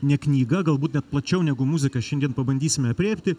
ne knyga galbūt net plačiau negu muzika šiandien pabandysime aprėpti